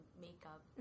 makeup